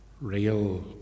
real